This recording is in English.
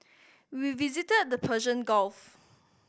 we visited the Persian Gulf